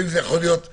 זה יכול להיות נער,